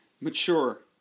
mature